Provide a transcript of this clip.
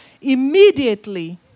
Immediately